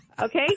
Okay